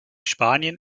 spanien